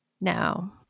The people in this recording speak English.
No